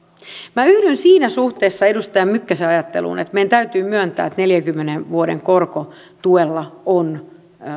minä yhdyn siinä suhteessa edustaja mykkäsen ajatteluun että meidän täytyy myöntää että neljänkymmenen vuoden korkotuella on